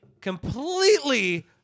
completely